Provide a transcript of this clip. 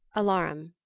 alarum.